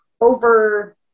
over